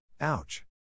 Ouch